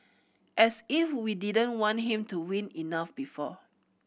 as if we didn't want him to win enough before